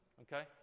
Okay